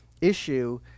issue